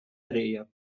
areia